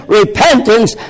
repentance